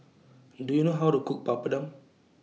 Do YOU know How to Cook Papadum